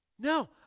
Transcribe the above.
No